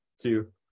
two